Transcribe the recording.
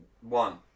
one